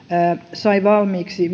sai valmiiksi